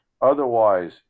Otherwise